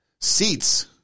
seats